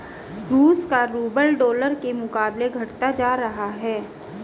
रूस का rouble dollar के मुकाबले घटता जा रहा है